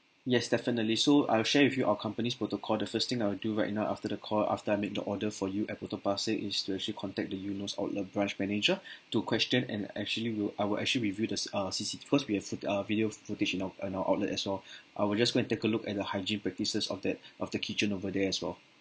yes definitely so I'll share with you our company's protocol the first thing I would do right now after the call after I make the order for you at potong pasir is to actually contact the eunos outlet branch manager to question and actually will I will actually review the C uh C_C_T cause we have foot~ uh video footage in our in our outlet as well I will just go and take a look at the hygiene practices of that of the kitchen over there as well